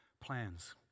plans